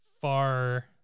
far